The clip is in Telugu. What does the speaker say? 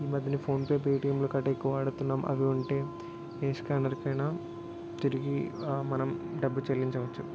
ఈ మధ్యన ఫోన్ పే పేటీఎంల కార్డ్లు ఎక్కువ వాడుతున్నాం అవి ఉంటే ఏ స్క్యానర్కైనా తిరిగి మనం డబ్బు చెల్లించవచ్చు